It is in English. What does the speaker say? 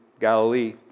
Galilee